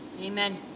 amen